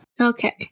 Okay